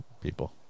people